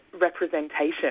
representation